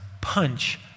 punch